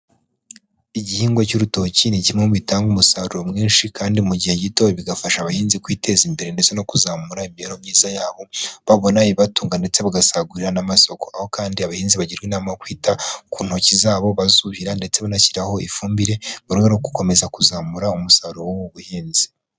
Igihingwa cy'urutoki ni kimwe mu bitanga umusaruro mwinshi kandi mu gihe gito, bigafasha abahinzi kwiteza imbere ndetse no kuzamura imibereho myiza yabo, babona ibibatunga ndetse bagasagurira n'amasosoko, aho kandi abahinzi bagirwa inama yo kwita ku ntoki zabo, bazuhira ndetse banashyiraho ifumbire, mu rwego rwo gukomeza kuzamura umusaruro w'ubuhinzi.